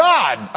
God